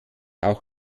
auch